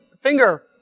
finger